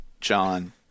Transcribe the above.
John